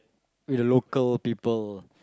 with local people